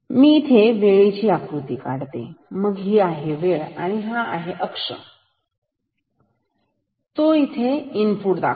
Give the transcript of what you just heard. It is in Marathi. मग इथे मी वेळेची आकृती काढतो मग ही आहे वेळ आणि हा आहे अक्ष इथे मी इनपुट दाखवतो